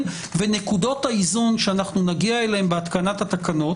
ונקודות האיזון שנגיע אליהן בהתקנת התקנות